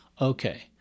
okay